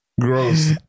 Gross